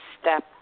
step